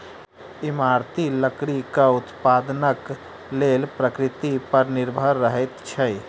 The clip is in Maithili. इमारती लकड़ीक उत्पादनक लेल प्रकृति पर निर्भर रहैत छी